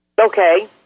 Okay